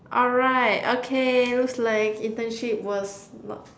alright okay looks like internship was not